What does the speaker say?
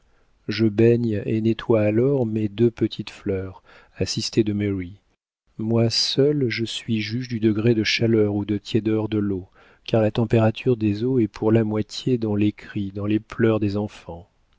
je baigne et nettoie alors mes deux petites fleurs assistée de mary moi seule je suis juge du degré de chaleur ou de tiédeur de l'eau car la température des eaux est pour la moitié dans les cris dans les pleurs des enfants